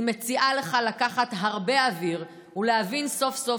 אני מציעה לך לקחת הרבה אוויר ולהבין סוף-סוף